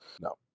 No